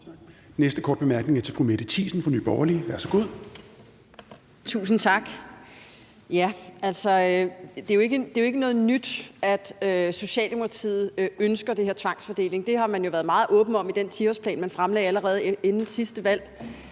næste korte bemærkning er til fru Mette Thiesen fra Nye Borgerlige. Værsgo. Kl. 10:13 Mette Thiesen (NB): Tusind tak. Det er jo ikke noget nyt, at Socialdemokratiet ønsker den her tvangsfordeling, for det har man været meget åben om i den 10-årsplan, man fremlagde allerede inden sidste valg,